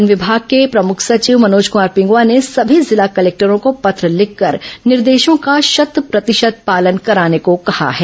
one विभाग के प्रमुख सचिव मनोज कुमार पिंगुआ ने सभी जिला कलेक्टरों को पत्र लिखकर निदेशों का शत प्रतिशत पालन कराने कहा है